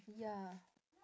ya